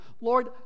Lord